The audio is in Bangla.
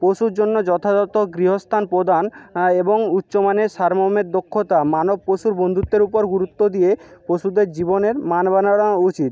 পশুর জন্য যথাযত গৃহস্থান প্রদান এবং উচ্চমানের সারমর্মের দক্ষতা মানব পশুর বন্ধুত্বের উপর গুরুত্ব দিয়ে পশুদের জীবনের মান বানানো উচিত